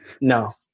No